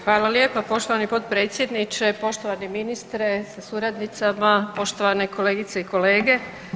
Hvala lijepa poštovani potpredsjedniče, poštovani ministre sa suradnicama, poštovane kolegice i kolege.